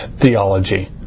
theology